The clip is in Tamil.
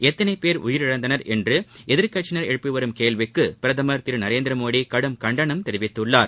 எத்தனை பேர் உயிரிழந்தனர் என்று எதிர்க்கட்சியினர் எழுப்பி வரும் கேள்விக்கு பிரதமர் திரு நரேந்திரமோடி கடும் கண்டனம் தெரிவித்துள்ளார்